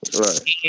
Right